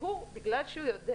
בגלל שהוא יודע